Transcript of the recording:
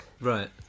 right